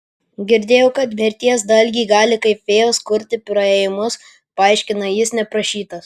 girdėjau kad mirties dalgiai gali kaip fėjos kurti praėjimus paaiškina jis neprašytas